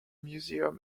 museum